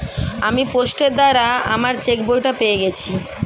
আমি পোস্টের দ্বারা আমার চেকবইটা পেয়ে গেছি